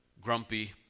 grumpy